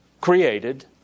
created